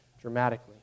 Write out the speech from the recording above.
dramatically